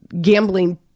gambling